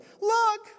Look